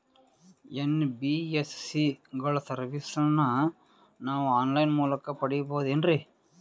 NBSC ಗಳ ಸರ್ವಿಸನ್ನ ನಾವು ಆನ್ ಲೈನ್ ಮೂಲಕ ಪಡೆಯಬಹುದೇನ್ರಿ?